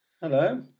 hello